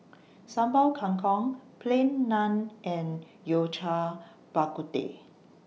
Sambal Kangkong Plain Naan and Yao Cai Bak Kut Teh